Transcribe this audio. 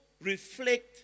reflect